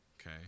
okay